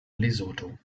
lesotho